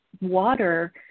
water